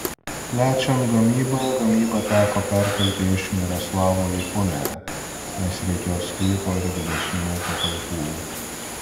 plečiant gamybą gamybą teko perkelti iš miroslavo į punią nes reikėjo sklypo ir didesnių patalpų